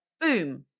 boom